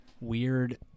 weird